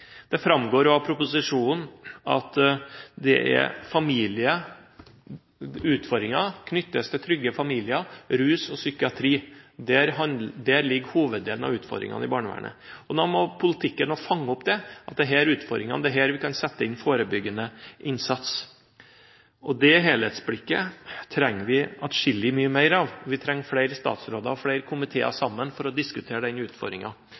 Det framgår også av proposisjonen at utfordringer knyttes til utrygge familieforhold, rus og psykiatri. Der ligger hoveddelen av utfordringene i barnevernet. Da må politikken også fange opp det, at det er her utfordringene er, at det er her vi kan sette inn forebyggende innsats. Det helhetsblikket trenger vi atskillig mye mer av. Vi trenger flere statsråder og flere komiteer som sammen diskuterer den